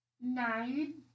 nine